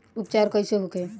उपचार कईसे होखे?